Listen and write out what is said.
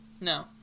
no